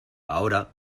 ahora